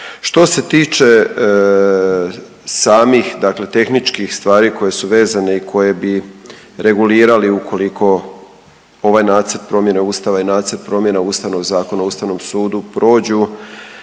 Što se tiče samih dakle tehničkih stvari koje su vezane i koje bi regulirali ukoliko ovaj Nacrt promjene ustava i Nacrt promjena Ustavnog zakona o ustavnom sudu prođu,